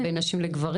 בין נשים לגברים?